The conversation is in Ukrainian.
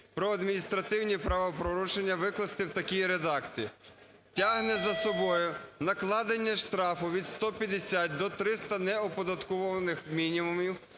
про адміністративні правопорушення викласти в такій редакції: "Тягне за собою накладення штрафу від 150 до 300 неоподаткованих мінімумів